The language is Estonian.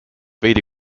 veidi